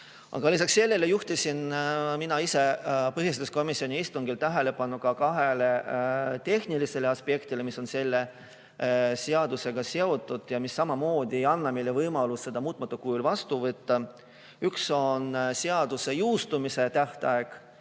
Aga lisaks sellele juhtisin ma põhiseaduskomisjoni istungil tähelepanu kahele tehnilisele aspektile, mis on selle seadusega seotud ja mis samamoodi ei anna meile võimalust seda muutmata kujul vastu võtta. Üks on seaduse jõustumise tähtaeg.